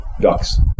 ducks